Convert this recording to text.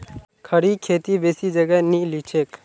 खड़ी खेती बेसी जगह नी लिछेक